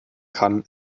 kann